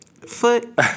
Foot